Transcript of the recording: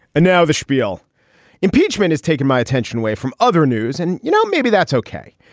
and now the schpiel impeachment is taking my attention away from other news and, you know, maybe that's ok,